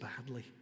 badly